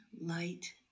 light